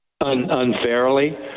unfairly